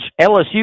LSU